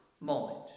moment